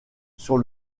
sur